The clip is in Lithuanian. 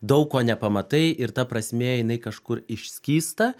daug ko nepamatai ir ta prasmė jinai kažkur išskysta